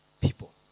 people